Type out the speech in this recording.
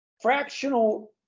fractional